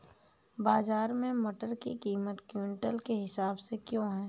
बाजार में मटर की कीमत क्विंटल के हिसाब से क्यो है?